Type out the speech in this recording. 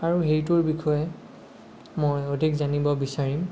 আৰু সেইটোৰ বিষয়ে মই অধিক জানিব বিচাৰিম